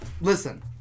listen